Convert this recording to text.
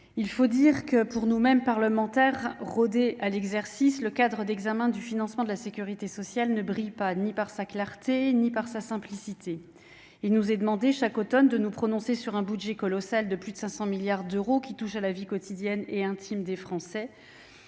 Il faut dire que, pour nous-mêmes, parlementaires rodés à l'exercice, le cadre d'examen du projet de loi de financement de la sécurité sociale ne se caractérise ni par sa clarté ni par sa simplicité. Il nous est demandé, chaque automne, de nous prononcer sur un budget colossal, de plus de 500 milliards d'euros, qui touche à la vie quotidienne et intime des Français.